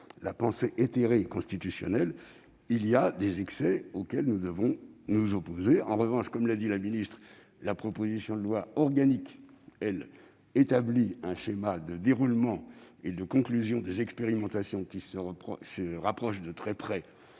la pensée éthérée et constitutionnelle, et que nous devons nous opposer à ces excès. En revanche, comme l'a dit Mme la ministre, la proposition de loi organique, elle, établit un schéma de déroulement et de conclusion des expérimentations qui se rapproche du travail